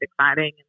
exciting